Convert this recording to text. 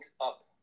up